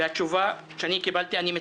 והתשובה שאני קיבלתי, אני מצטטת: